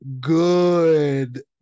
good